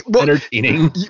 entertaining